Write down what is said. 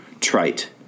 trite